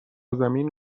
زمین